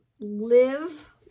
live